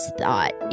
thought